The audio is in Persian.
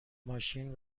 ماشین